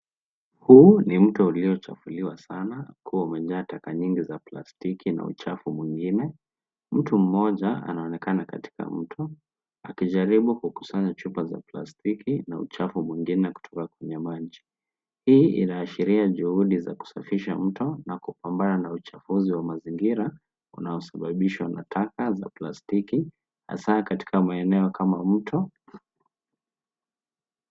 Huu ni mto uliochafuliwa sana ukiwa umejaa taka nyingi za plastiki na uchafu mwingine. Mtu mmoja anaonekana katika mto akijaribu kukusanya chupa za plastiki na uchafu mwingine kutoka kwenye maji. Hii inaashiria juhudi za kusafisha mto na kupambana na uchafuzi wa mazingira unaosababishwa na taka za plastiki hasa katika maeneo kama mto.